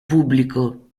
pubblico